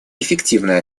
эффективное